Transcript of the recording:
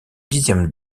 dixième